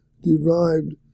derived